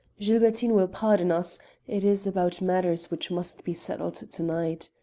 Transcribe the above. gilbertine will pardon us it is about matters which must be settled to-night.